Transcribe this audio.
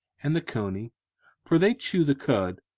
and the coney for they chew the cud,